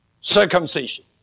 circumcision